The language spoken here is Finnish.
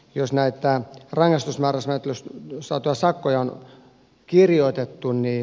jos näytetään rangaistus varsa kyösti saada sakkoja on kirjoitettu ne